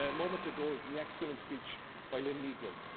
and moments ago, in the excellent speech by lynne neagle,